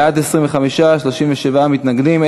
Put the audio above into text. בעד, 25, 37 מתנגדים.